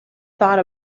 thought